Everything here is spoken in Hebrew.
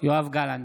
יואב גלנט,